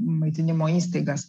maitinimo įstaigas